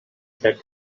that